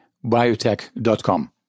biotech.com